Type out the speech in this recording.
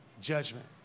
Judgment